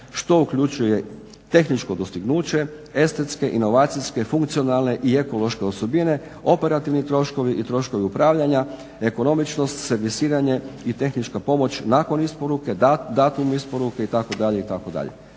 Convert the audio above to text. što uključuje tehničko dostignuće, estetske, inovacijske, funkcionalne i ekološke osobine, operativni troškovi i troškovi upravljanja, ekonomičnost, servisiranje i tehnička pomoć nakon isporuke, datum isporuke itd.,